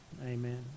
amen